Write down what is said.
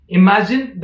imagine